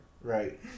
Right